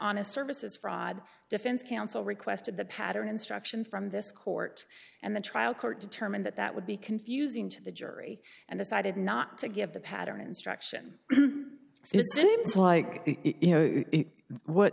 honest services fraud defense counsel requested the pattern instruction from this court and the trial court determined that that would be confusing to the jury and decided not to give the pattern instruction so it seems like you know what